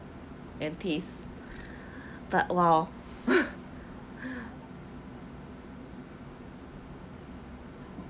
and taste but !wow!